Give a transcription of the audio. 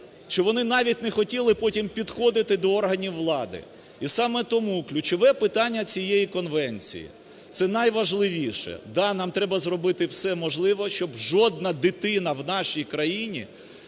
що вони навіть не хотіли потім підходити до органів влади. І саме тому ключове питання цієї конвенції, це найважливіше, да, нам треба зробити все можливе, щоб жодна дитина в нашій країні,